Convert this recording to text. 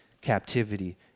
captivity